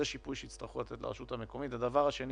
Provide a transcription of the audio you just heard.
זה שיפוי שיצטרכו לתת לרשות המקומית; השני,